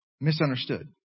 misunderstood